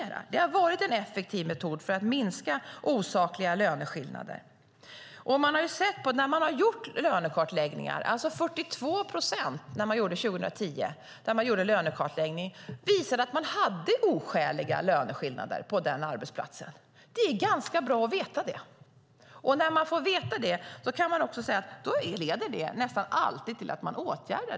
Lönekartläggning har varit en effektiv metod för att minska osakliga löneskillnader. När man gjorde lönekartläggningar 2010 visade det sig att det fanns oskäliga löneskillnader på 42 procent av arbetsplatserna. Det är ganska bra att veta det. När man får veta detta kan man också se att det nästan alltid leder till att det åtgärdas.